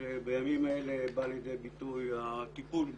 שבימים אלו בא לידי ביטוי הטיפול בו.